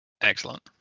Excellent